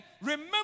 remember